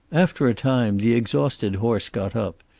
after a time the exhausted horse got up,